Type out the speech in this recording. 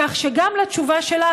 כך שגם התשובה שלך,